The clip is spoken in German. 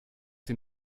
den